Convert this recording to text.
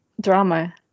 drama